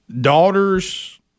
Daughters –